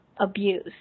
abuse